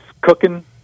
cooking